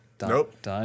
Nope